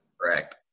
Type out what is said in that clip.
Correct